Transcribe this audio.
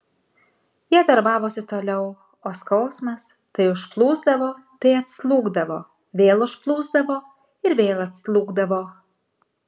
jie darbavosi toliau o skausmas tai užplūsdavo tai atslūgdavo vėl užplūsdavo ir vėl atslūgdavo